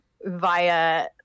via